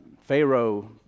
Pharaoh